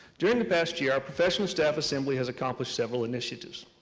during the past year, our professional staff assembly has accomplished several initiatives.